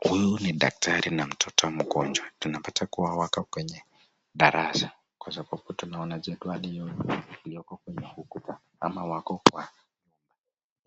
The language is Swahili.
Huyu ni daktari na mtoto mgonjwa. Tunapata kuwawaka kwenye darasa kwa sababu tunaona jadwali hiyo iliyoko kwenye ukuta ama wako kwa